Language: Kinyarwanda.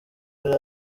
yari